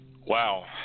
Wow